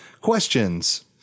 questions